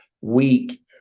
week